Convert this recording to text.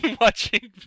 Watching